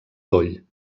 toll